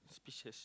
suspicious